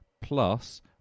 plus